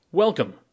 Welcome